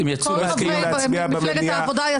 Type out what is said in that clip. לכן אני אומר: אל מול המעשים החמורים האלה,